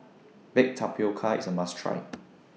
Baked Tapioca IS A must Try